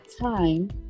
time